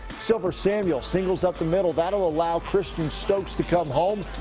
sylver samuel singles up the middle. that will allow christian stokes to come home.